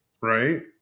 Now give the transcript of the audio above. right